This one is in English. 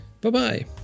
Bye-bye